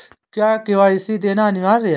क्या के.वाई.सी देना अनिवार्य है?